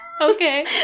Okay